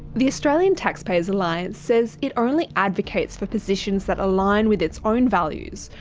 the australian taxpayers alliance says it only advocates for positions that align with its own values,